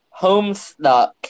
Homestuck